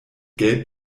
gelb